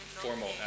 formal